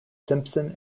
simpson